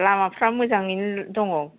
लामाफोरा मोजाङैनो दङ